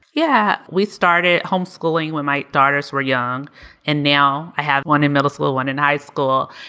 yeah, we started homeschooling when my daughters were young and now i have one in middle school, one in high school.